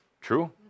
True